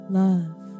love